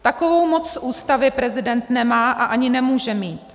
Takovou moc z Ústavy prezident nemá a ani nemůže mít.